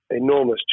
enormous